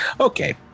Okay